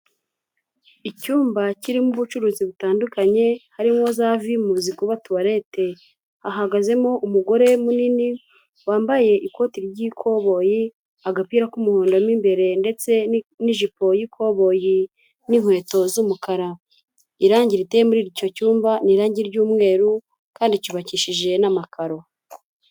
Icyumba kirimo ubucuruzi butandukanye, harimo za vimu zikuba tuwarete, hahagazemo umugore munini, wambaye ikoti ry'ikoboyi agapira k'umuhondo mu imbere ndetse n'ijipo y'ikoboyi n'inkweto z'umukara, irangi riteye muri icyo cyumba ni irangi ry'umweru kandi cyubakishije n'amakaro.